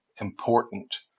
important